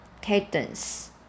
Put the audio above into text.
cadence